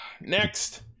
Next